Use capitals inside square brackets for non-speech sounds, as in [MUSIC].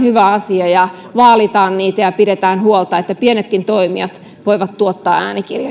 [UNINTELLIGIBLE] hyvä asia vaalitaan sitä ja pidetään huolta että pienetkin toimijat voivat tuottaa